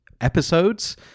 episodes